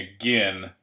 again